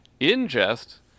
ingest